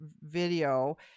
video